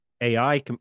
AI